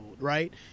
right